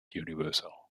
universal